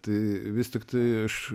tai vis tiktai aš